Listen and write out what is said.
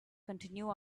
continue